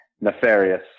nefarious